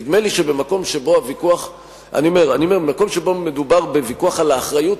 נדמה לי שבמקום שבו מדובר בוויכוח על האחריות,